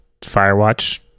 firewatch